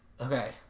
Okay